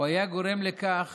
הוא היה גורם לכך